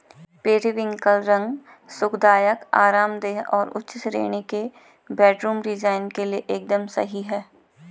periwinkle रंग सुखदायक, आरामदेह और उच्च श्रेणी के बेडरूम डिजाइन के लिए एकदम सही है